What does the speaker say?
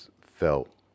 felt